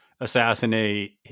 assassinate